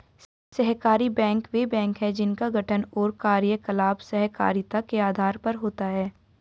सहकारी बैंक वे बैंक हैं जिनका गठन और कार्यकलाप सहकारिता के आधार पर होता है